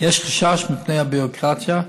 יש חשש מפני הביורוקרטיה,